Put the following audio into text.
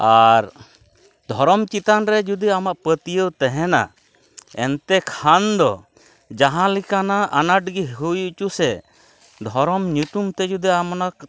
ᱟᱨ ᱫᱷᱚᱨᱚᱢ ᱪᱮᱛᱟᱱᱨᱮ ᱡᱩᱫᱤ ᱟᱢᱟᱜ ᱯᱟᱹᱛᱭᱟᱹᱣ ᱛᱮᱦᱮᱱᱟ ᱮᱱᱛᱮ ᱠᱷᱟᱱᱫᱚ ᱡᱟᱦᱟᱸ ᱞᱮᱠᱟᱱᱟᱜ ᱟᱱᱟᱴᱜᱮ ᱦᱩᱭ ᱦᱚᱪᱚᱜ ᱥᱮ ᱫᱷᱚᱨᱚᱢ ᱧᱩᱛᱩᱢᱛᱮ ᱡᱩᱫᱤ ᱟᱢ ᱚᱱᱟ